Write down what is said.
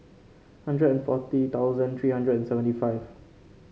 hundred and forty thousand three hundred and seventy five